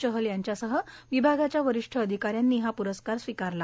चहल यांच्यासह विभागाच्या वरिष्ठ अधिका यांनी हा प्रस्कार स्वीकारला